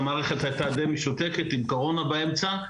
והמערכת הייתה די משותקת עם קורונה באמצע,